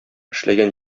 эшләгән